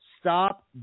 Stop